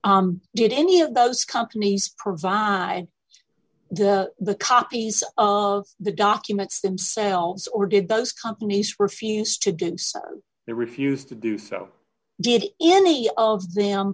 problem did any of those companies provide the the copies of the documents themselves or did those companies refuse to did they refused to do so did any of them